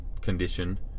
condition